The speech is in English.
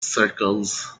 circles